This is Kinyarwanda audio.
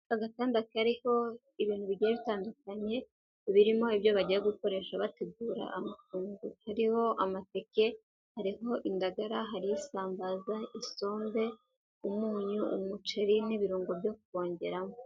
Agatanda kariho ibintu bigiye bitandukanye birimo ibyo bagiye gukoresha bategura amafunguro, hariho amateke, hariho indagara, hariho isambaza, isombe, umunyu, umuceri n'ibirungo byo kongeramo.